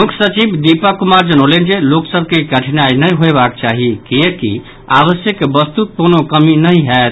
मुख्य सचिव दीपक कुमार जनौलनि जे लोक सभ के कठिनाई नहि होयबाक चाहि किएककि आवश्यक वस्तुक कोनो कमि नहि होयत